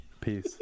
Peace